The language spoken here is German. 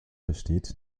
besteht